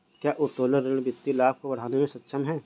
क्या उत्तोलन ऋण वित्तीय लाभ को बढ़ाने में सक्षम है?